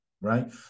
right